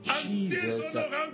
Jesus